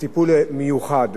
וטיפול מיוחד.